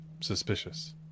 suspicious